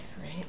right